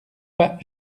pas